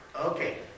Okay